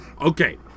Okay